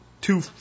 two